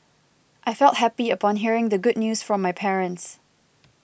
I felt happy upon hearing the good news from my parents